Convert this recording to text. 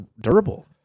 durable